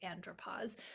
andropause